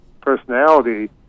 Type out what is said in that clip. personality